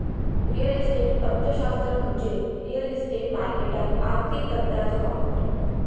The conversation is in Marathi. रिअल इस्टेट अर्थशास्त्र म्हणजे रिअल इस्टेट मार्केटात आर्थिक तंत्रांचो वापर